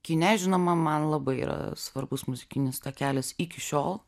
kine žinoma man labai yra svarbus muzikinis takelis iki šiol